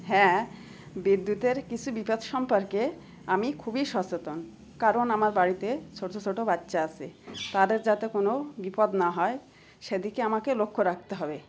হ্যাঁ বিদ্যুতের কিছু বিপদ সম্পর্কে আমি খুবই সচেতন কারণ আমার বাড়িতে ছোটো ছোটো বাচ্চা আছে তাদের যাতে কোনো বিপদ না হয় সেদিকে আমাকে লক্ষ্য রাখতে হবে